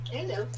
Hello